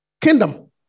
kingdom